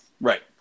Right